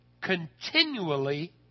continually